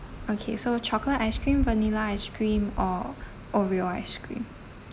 okay so chocolate ice cream vanilla ice cream or oreo ice cream